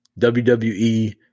WWE